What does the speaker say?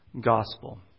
gospel